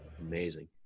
Amazing